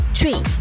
three